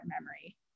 memory